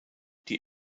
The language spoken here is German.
die